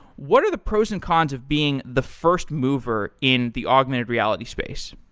what are the pros and cons of being the first mover in the augmented reality space?